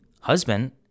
husband